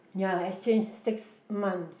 ya exchange six months